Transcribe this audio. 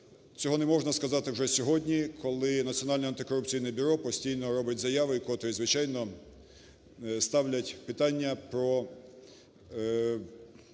цього не можна сказати вже сьогодні, коли Національне антикорупційне бюро постійно робить заяви, котрі, звичайно, ставлять питання про